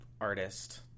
artist